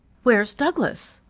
where's douglas?